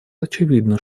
очевидно